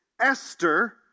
Esther